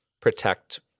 protect